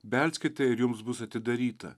belskite ir jums bus atidaryta